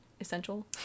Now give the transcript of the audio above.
essential